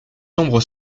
sombre